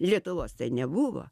lietuvos tai nebuvo